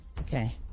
Okay